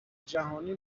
جهانی